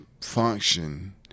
function